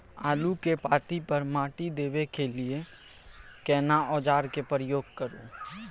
आलू के पाँति पर माटी देबै के लिए केना औजार के प्रयोग करू?